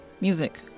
music